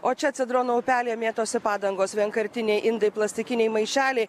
o čia cedrono upelyje mėtosi padangos vienkartiniai indai plastikiniai maišeliai